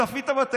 אתה טועה.